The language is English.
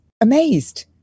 amazed